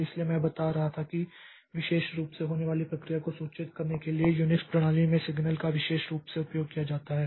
इसलिए मैं बता रहा था कि विशेष रूप से होने वाली प्रक्रिया को सूचित करने के लिए UNIX प्रणाली में सिग्नल का विशेष रूप से उपयोग किया जाता है